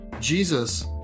Jesus